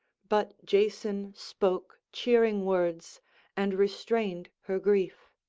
but jason spoke cheering words and restrained her grief.